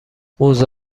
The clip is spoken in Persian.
موزه